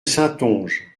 saintonge